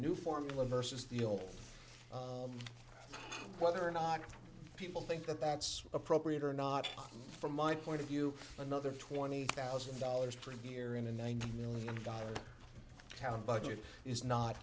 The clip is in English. new formula versus the real whether or not people think that that's appropriate or not from my point of view another twenty thousand dollars per year in a nine million dollars town budget is not